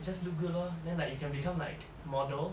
just look good lor then like you can become like model